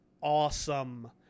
awesome